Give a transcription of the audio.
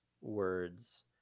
words